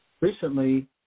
recently